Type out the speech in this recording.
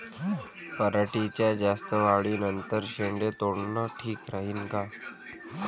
पराटीच्या जास्त वाढी नंतर शेंडे तोडनं ठीक राहीन का?